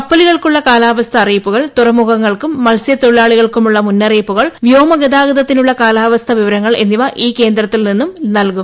കപ്പലുകൾക്കുള്ള കാലാവസ്ഥാ അറിയിപ്പുകൾ തുറമുഖങ്ങൾക്കും മത്സ്യത്തൊഴിലാളികൾക്കുമുളളമുന്നറിയിപ്പുകൾ വ്യോമ ഗതാഗതത്തിനുളള കാലാവസ്ഥാ വിവരങ്ങൾ എന്നിവ ഈ കേന്ദ്രത്തിൽ നിന്ന് നൽകും